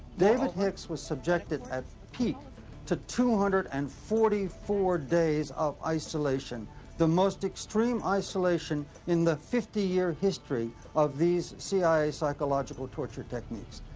david hicks was subjected at peak to two hundred and forty four days of isolation the most extreme isolation in the fifty year history of these cia psychological torture techniques.